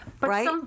right